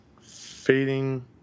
Fading